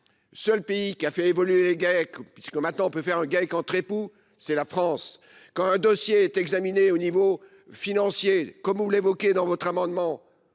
Seul pays qui a fait évoluer GEC puisque maintenant on peut faire un GAEC entre époux, c'est la France. Quand un dossier est examiné au niveau financier, comme vous l'évoquez dans votre amendement